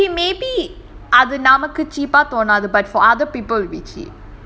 okay maybe அது நமக்கு:adhu namakku but for other people will be cheap